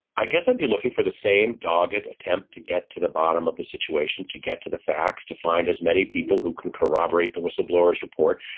i guess i'll be looking for the same dogged attempt to get to the bottom of the situation to get to the facts to find as many people who can corroborate the whistleblowers report.